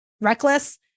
reckless